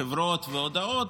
של חברות והודעות,